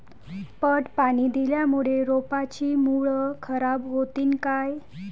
पट पाणी दिल्यामूळे रोपाची मुळ खराब होतीन काय?